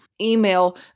email